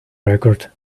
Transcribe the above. record